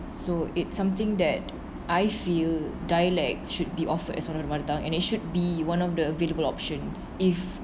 so it's something that I feel dialect should be offered as one of the mother tongue and it should be one of the available options if